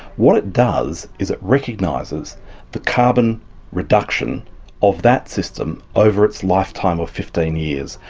what it does is it recognises the carbon reduction of that system over its lifetime of fifteen years,